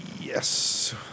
Yes